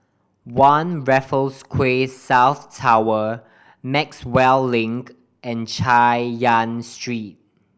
One Raffles Quay South Tower Maxwell Link and Chay Yan Street